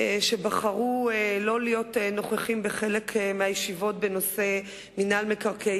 שבחרו שלא להיות נוכחים בחלק מהישיבות בנושא מינהל מקרקעי